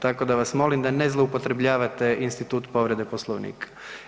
Tako da vas molim da ne zloupotrebljavate institut povrede Poslovnika.